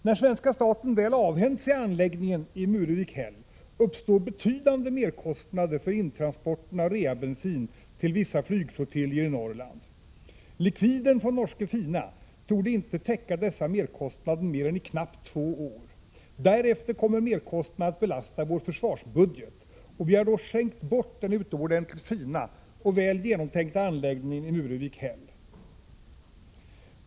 När svenska staten väl avhänt sig anläggningen i Muruvik S torde inte täcka dessa merkostnader mer än i knappt två år. Därefter kommer merkostnaden att belasta vår försvarsbudget, och vi har då skänkt bort den utomordentligt fina och väl genomtänkta anläggningen i Muruvik/Hell.